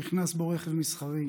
נכנס בו רכב מסחרי.